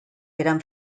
eran